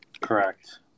Correct